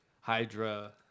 Hydra